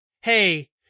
hey